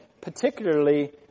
particularly